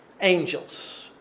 angels